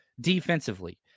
defensively